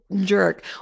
jerk